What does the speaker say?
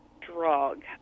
drug